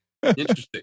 interesting